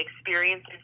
experiences